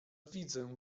widzę